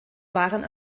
wahren